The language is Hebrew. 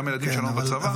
גם הילדים שלנו בצבא.